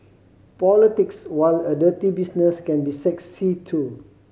politics while a dirty business can be sexy too